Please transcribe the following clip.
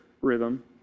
rhythm